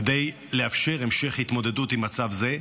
כדי לאפשר המשך התמודדות עם מצב זה,